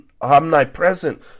omnipresent